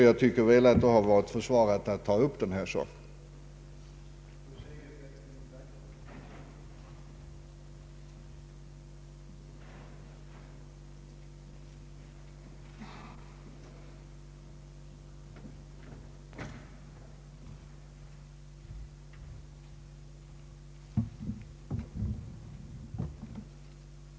Jag tycker därför att det varit försvarligt att ta upp saken i anslutning till detta ärende.